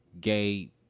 gay